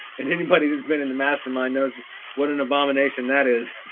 and anybody that's been in the mastermind knows what an abomination that is.